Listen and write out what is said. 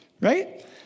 right